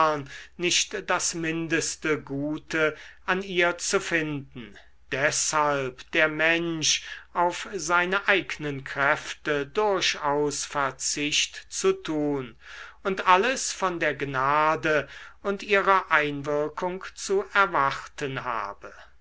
nicht das mindeste gute an ihr zu finden deshalb der mensch auf seine eignen kräfte durchaus verzicht zu tun und alles von der gnade und ihrer einwirkung zu erwarten habe